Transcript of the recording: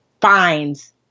fines